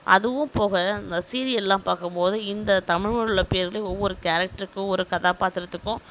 அதுவும் போக அந்த சீரியல்லாம் பார்க்கம்போது இந்த தமிழ் மொழியில் பேர்கள் ஒவ்வொரு கேரக்டருக்கும் ஒரு கதாபாத்திரத்துக்கும்